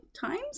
times